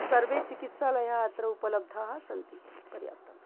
सर्वे चिकित्सालयाः अत्र उपलब्धाः सन्ति पर्याप्तम्